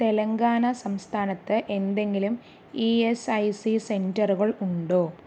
തെലങ്കാന സംസ്ഥാനത്ത് എന്തെങ്കിലും E S I C സെൻറ്ററുകൾ ഉണ്ടോ